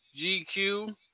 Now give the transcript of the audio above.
GQ